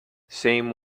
same